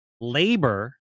labor